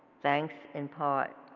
thanks in part